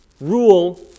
rule